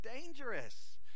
dangerous